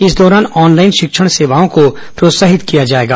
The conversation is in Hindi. इस दौरान ऑनलाइन शिक्षण सेवाओं को प्रोत्साहित किया जाएगा